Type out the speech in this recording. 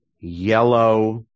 yellow